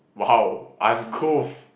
!wow! uncouth